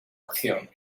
acción